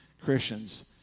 Christians